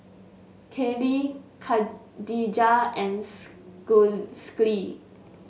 Kallie Kadijah and Schley